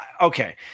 okay